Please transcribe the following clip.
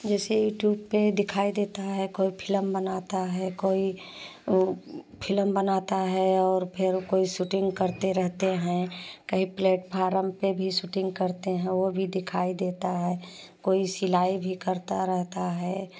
जैसे यूट्यूब पे दिखाई देता है कोई फिलम बनाता है कोई उ फिलम बनाता है और फिर कोई सूटिंग करते रहते हैं कई प्लेटफारम पे भी सूटिंग करते हैं ओ भी दिखाई देता है कोई सिलाई भी करता रहता है